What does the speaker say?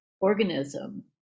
organism